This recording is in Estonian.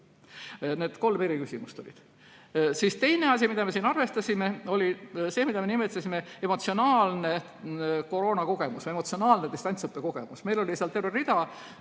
Need kolm küsimust siin olid. Teine asi, mida me siin arvestasime, oli see, mida me nimetasime emotsionaalseks koroonakogemuseks ehk emotsionaalseks distantsõppekogemuseks. Meil oli seal terve rida